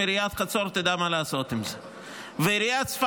עיריית חצור תדע מה לעשות עם זה.